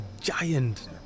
giant